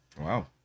Wow